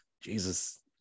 Jesus